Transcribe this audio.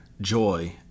joy